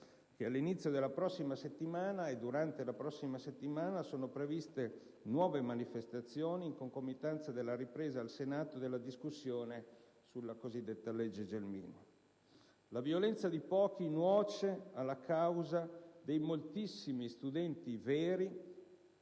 che all'inizio della prossima settimana e durante la stessa sono previste nuove manifestazioni in concomitanza della ripresa al Senato della discussione sulla cosiddetta legge Gelmini. La violenza di pochi nuoce alla causa dei moltissimi studenti veri